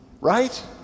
Right